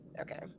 Okay